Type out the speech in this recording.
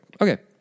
Okay